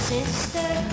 Sister